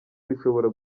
bishobora